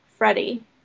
Freddie